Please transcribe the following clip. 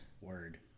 Word